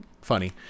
funny